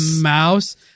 mouse